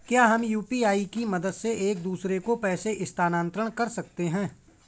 क्या हम यू.पी.आई की मदद से एक दूसरे को पैसे स्थानांतरण कर सकते हैं?